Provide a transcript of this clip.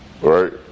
right